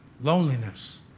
Loneliness